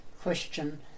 Question